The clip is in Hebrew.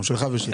שלך ושלי.